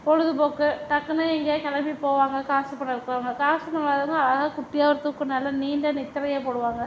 பொழுதுபோக்கு டக்குன்னு எங்கேயாவது கிளம்பி போவாங்க காசு பணம் இருக்கிறவங்க காசு பணம் இல்லாதவங்க அழகாக குட்டியாக ஒரு தூக்கம் நல்ல நீண்ட நித்தரையை போடுவாங்க